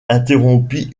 interrompit